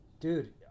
Dude